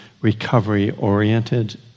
recovery-oriented